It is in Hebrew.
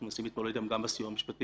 מנסים להתמודד איתם גם בסיוע המשפטי.